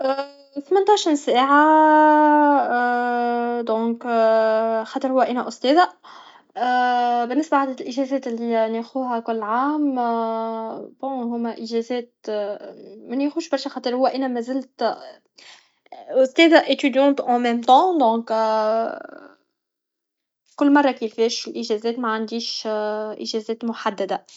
ثمنطاش نساعه دونك خاطر خو انا استاذه بالنسبه لعدد الاجارات لي ناخذها كل عام بون هما اجازات منخش برشا خاطر هو انا مزلت استاذه اتوديونت او مام طن دونك كل مره كفاش اجازات معنديش اجازات محدده